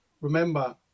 remember